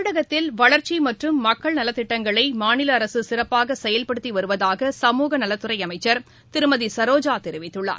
தமிழகத்தில் வளர்ச்சி மற்றும் மக்கள் நலத்திட்டங்களை மாநில அரசு சிறப்பாக செயல்படுத்தி வருவதாக சமூக நலத்துறை அமைச்சர் திருமதி சரோஜா தெரிவித்துள்ளார்